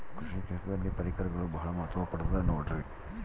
ಕೃಷಿ ಕ್ಷೇತ್ರದಲ್ಲಿ ಪರಿಕರಗಳು ಬಹಳ ಮಹತ್ವ ಪಡೆದ ನೋಡ್ರಿ?